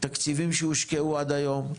תקציבים שהושקעו עד היום.